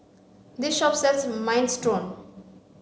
this shop sells Minestrone